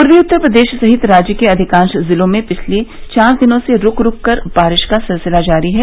पूर्वी उत्तर प्रदेश सहित राज्य के अधिकांश जिलों में पिछले चार दिनों से रूक रूक कर बारिश का सिलसिला जारी है